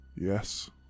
Yes